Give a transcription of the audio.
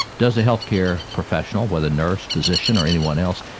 does a healthcare professional, whether nurse, physician or anyone else,